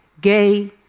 gay